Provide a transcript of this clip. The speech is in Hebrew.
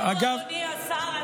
אדוני השר,